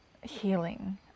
healing